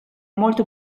molto